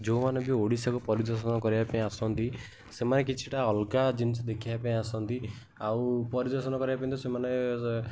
ଯେଉଁମାନେ ବି ଓଡ଼ିଶାକୁ ପରିଦର୍ଶନ କରିବା ପାଇଁ ଆସନ୍ତି ସେମାନେ କିଛି ଟା ଅଲଗା ଜିନିଷ ଦେଖିବା ପାଇଁ ଆସନ୍ତି ଆଉ ପରିଦର୍ଶନ କରିବା ପାଇଁ ତ ସେମାନେ